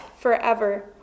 forever